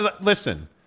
listen